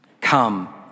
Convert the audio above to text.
come